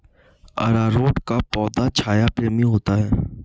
अरारोट का पौधा छाया प्रेमी होता है